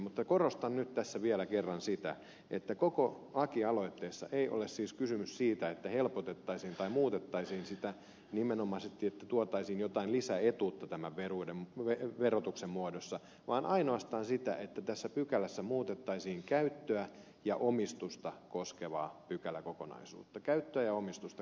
mutta korostan nyt tässä vielä kerran sitä että koko lakialoitteessa ei ole siis kysymys siitä että helpotettaisiin tai muutettaisiin saantia että nimenomaisesti tuotaisiin jotain lisäetuutta tämän verotuksen muodossa vaan ainoastaan siitä että tässä pykälässä muutettaisiin käyttöä ja omistusta koskevaa pykäläkokonaisuutta käyttöä ja omistusta